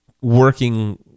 working